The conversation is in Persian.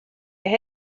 است